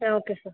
okay sir